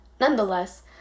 Nonetheless